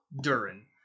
Durin